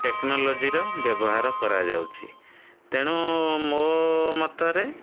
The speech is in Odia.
ଟେକ୍ନୋଲୋଜିର ବ୍ୟବହାର କରାଯାଉଛି ତେଣୁ ମୋ ମତରେ